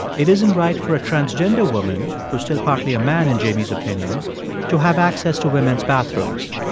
it isn't right for a transgender woman who's still partly a man, in jamie's opinion to have access to women's bathrooms.